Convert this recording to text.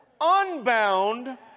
unbound